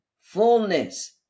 Fullness